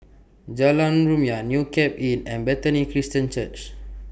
Jalan Rumia New Cape Inn and Bethany Christian Church